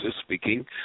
speaking